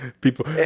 People